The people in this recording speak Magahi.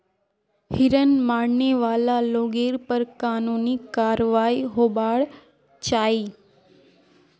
हिरन मारने वाला लोगेर पर कानूनी कारवाई होबार चाई